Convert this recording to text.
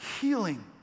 healing